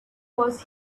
was